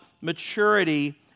maturity